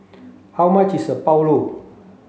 how much is Pulao